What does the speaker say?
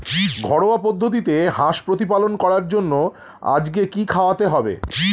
ঘরোয়া পদ্ধতিতে হাঁস প্রতিপালন করার জন্য আজকে কি খাওয়াতে হবে?